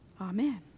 Amen